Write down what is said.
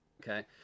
Okay